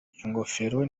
ingofero